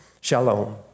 shalom